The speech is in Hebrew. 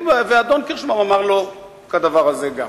ואדון קירשנבאום אמר לו כדבר הזה גם.